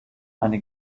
eine